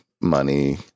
money